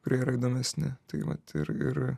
kurie yra įdomesni tai vat ir ir